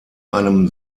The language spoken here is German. einem